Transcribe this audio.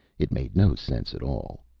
it made no sense at all.